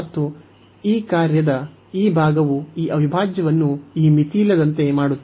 ಮತ್ತು ಈ ಕಾರ್ಯದ ಈ ಭಾಗವು ಅವಿಭಾಜ್ಯವನ್ನು ಮಿತಿಯಿಲ್ಲದಂತೆ ಮಾಡುತ್ತದೆ